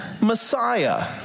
Messiah